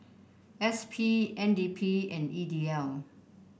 S P N D P and E D L